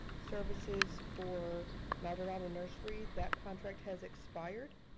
services for ma-da-na-la nursery. that contract has expired.